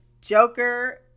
Joker